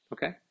Okay